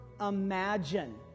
imagine